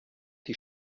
die